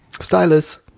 stylus